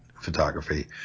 photography